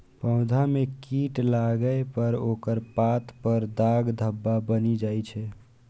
पौधा मे कीट लागै पर ओकर पात पर दाग धब्बा बनि जाइ छै